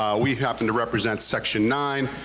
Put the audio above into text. we happen to represent section nine,